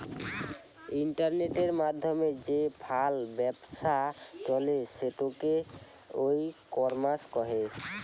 ইন্টারনেটের মাধ্যমে যে ফাল ব্যপছা চলে সেটোকে ই কমার্স কহে